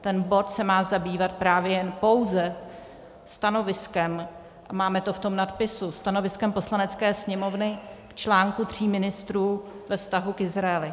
Ten bod se má zabývat právě pouze stanoviskem a máme to v tom nadpisu stanoviskem Poslanecké sněmovny k článku tří ministrů ve vztahu k Izraeli.